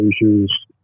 issues